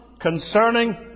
concerning